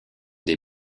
des